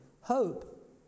hope